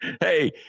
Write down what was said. Hey